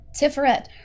Tiferet